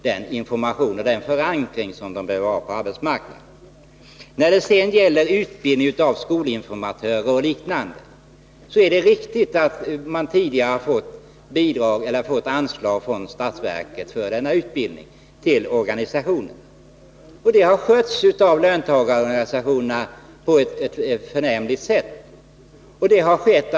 Då slipper man vidta andra åtgärder senare för dessa ungdomar. När det sedan gäller utbildningen av skolinformatörer och liknande är det riktigt att organisationerna tidigare fått anslag från statsverket för denna utbildning. Löntagarorganisationerna har skött uppdraget på ett förnämligt sätt.